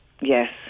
Yes